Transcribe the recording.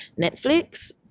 Netflix